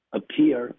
appear